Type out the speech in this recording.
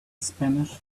spanish